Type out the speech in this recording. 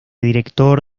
director